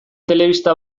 telebista